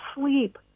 sleep